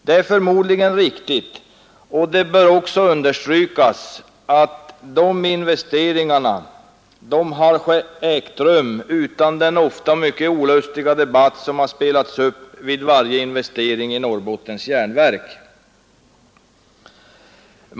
Det är förmodligen riktigt, och det bör också understrykas att dessa investeringar har ägt rum utan den ofta mycket olustiga debatt som har spelats upp vid varje investering i Norrbottens Järnverk.